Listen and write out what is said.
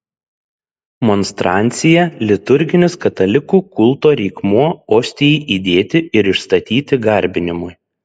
monstrancija liturginis katalikų kulto reikmuo ostijai įdėti ir išstatyti garbinimui